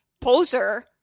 poser